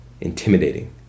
intimidating